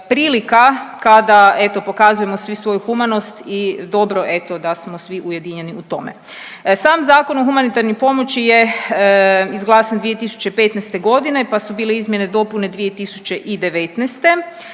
prilika kada eto pokazujemo svoju humanost i dobro eto da smo svi ujedinjeni u tome. Sam Zakon o humanitarnoj pomoći je izglasan 2015.g. pa su bile izmjene dopune 2019. i